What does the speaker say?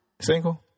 Single